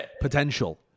potential